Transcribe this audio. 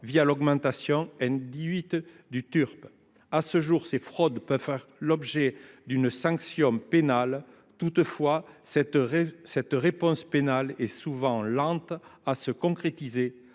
via l'augmentation N18 du Turp. À ce jour, ces fraudes peuvent faire l'objet d'une sanction pénale. Toutefois, cette réponse pénale est souvent lente à se concrétiser